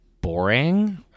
boring